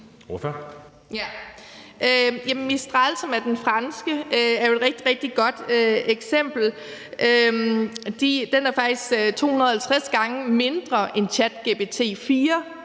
Mistral, som er den franske, er jo et rigtig, rigtig godt eksempel. Den er faktisk 250 gange mindre, end GPT